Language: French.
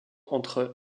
entre